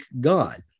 God